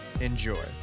Enjoy